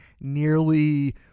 nearly